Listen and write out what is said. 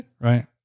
Right